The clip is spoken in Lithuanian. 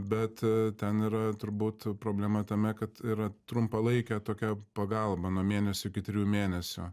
bet ten yra turbūt problema tame kad yra trumpalaikė tokia pagalba nuo mėnesio iki trijų mėnesių